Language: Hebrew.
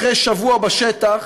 אחרי שבוע בשטח,